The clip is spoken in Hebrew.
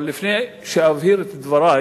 אבל לפני שאבהיר את דברי